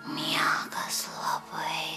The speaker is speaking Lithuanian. miegas labai